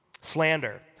Slander